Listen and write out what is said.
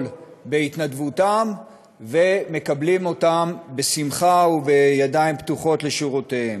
בהתנדבותם ומקבלים אותם בשמחה ובידיים פתוחות לשורותיהם.